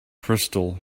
crystal